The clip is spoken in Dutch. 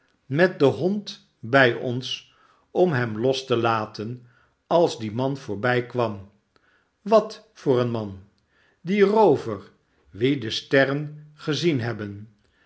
met den hond bij ons om hem los te laten als die man voorbijkwam wat voor een man die roover wien de sterren gezien hebben